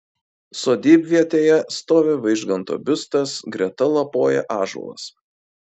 sodybvietėje stovi vaižganto biustas greta lapoja ąžuolas